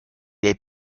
est